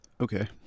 Okay